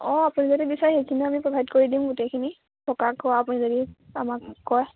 অঁ আপুনি যদি বিচাৰে সেইখিনিও আমি প্ৰভাইড কৰি দিম গোটেইখিনি থকা খোৱা আপুনি যদি আমাক কয়